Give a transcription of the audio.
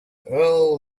earl